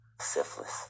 Syphilis